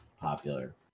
popular